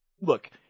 look